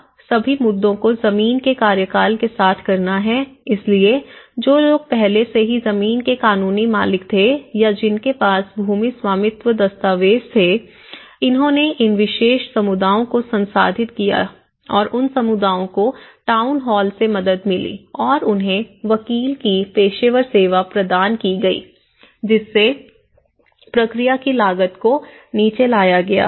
अब सभी मुद्दों को जमीन के कार्यकाल के साथ करना है इसलिए जो लोग पहले से ही जमीन के कानूनी मालिक थे या जिनके पास भूमि स्वामित्व दस्तावेज थे उन्होंने इन विशेष समुदायों को संसाधित किया और उन समुदायों को टाउन हॉल से मदद मिली और उन्हें वकील की पेशेवर सेवा प्रदान की गई जिससे प्रक्रिया की लागत को नीचे लाया गया